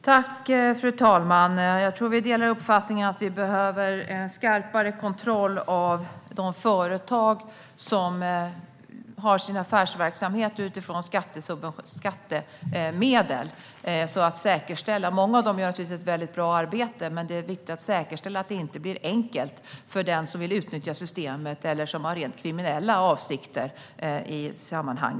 Fru talman! Vi delar nog uppfattningen att det behövs en skarpare kontroll av de företag som bedriver sin affärsverksamhet utifrån skattemedel. Många av dessa företag gör naturligtvis ett väldigt bra arbete. Men det är viktigt att säkerställa att det inte är enkelt för den som vill utnyttja systemet eller den som har rent kriminella avsikter.